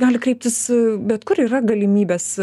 gali kreiptis bet kur yra galimybės